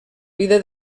vida